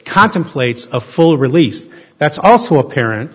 contemplates a full release that's also apparent